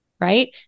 right